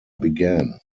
began